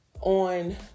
on